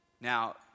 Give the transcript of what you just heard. Now